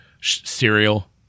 cereal